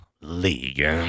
League